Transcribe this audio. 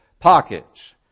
Pockets